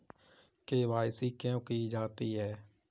KYC क्यों की जाती है?